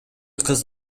кыз